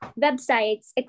websites